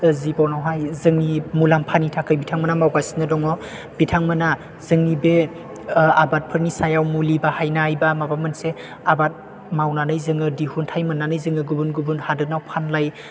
जिबनावहाय जोंनि मुलाम्फानि थाखै बिथांमोना मावगासिनो दङ बिथांमोना जोंनि बे आबादफोरनि सायाव मुलि बाहायनाय बा माबा मोनसे आबाद मावनानै जोङो दिहुनथाय मोननानै जोङो गुबुन गुबुन हादराव फाननाय